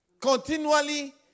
continually